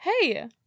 Hey